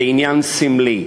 זה עניין סמלי,